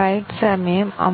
ഉണ്ടെന്ന് ഞങ്ങൾ പറഞ്ഞു